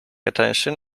attention